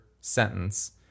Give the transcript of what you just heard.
sentence